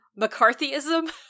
McCarthyism